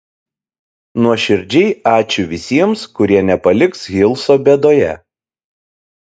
nuoširdžiai ačiū visiems kurie nepaliks hilso bėdoje